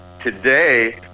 Today